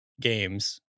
games